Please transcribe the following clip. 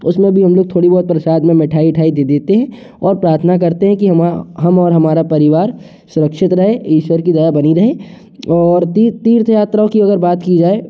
उसमें भी हम लोग थोड़ी बहुत प्रसाद में मिठाई उठाई दे देते हैं और प्रार्थना करते हैं कि हम और हमारा परिवार सुरक्षित रहे ईश्वर की दया बनी रहे और तीर्थ यात्राओं की अगर बात की जाए